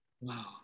wow